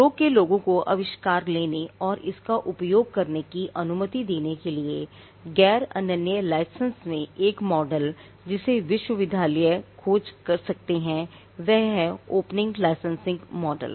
उद्योग के लोगों को आविष्कार लेने और इसका उपयोग करने की अनुमति देने के लिए गैर अनन्य लाइसेंस में एक मॉडल जिसे विश्वविद्यालय खोज सकते हैं वह है ओपन लाइसेंसिंग मॉडल